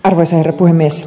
arvoisa herra puhemies